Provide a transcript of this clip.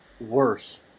worse